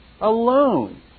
alone